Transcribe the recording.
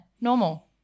normal